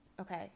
okay